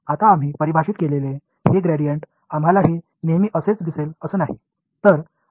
तर आता आम्ही परिभाषित केलेले हे ग्रेडियंट आम्हाला हे नेहमी असेच दिसेल असं नाही